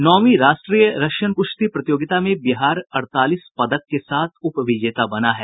नौवीं राष्ट्रीय रशियन कुश्ती प्रतियोगिता में बिहार अड़तालीस पदक के साथ उप विजेता बना है